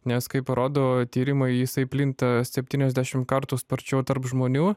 nes kaip parodo tyrimai jisai plinta septyniasdešim kartų sparčiau tarp žmonių